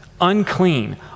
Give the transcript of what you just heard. unclean